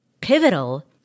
pivotal